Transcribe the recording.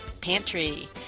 Pantry